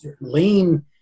Lean